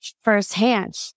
firsthand